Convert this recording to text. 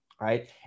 right